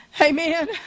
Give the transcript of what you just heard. Amen